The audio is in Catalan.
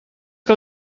que